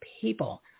people